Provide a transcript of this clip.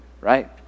Right